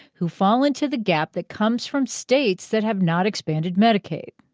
who fall into the gap that comes from states that have not expanded medicaid.